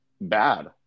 bad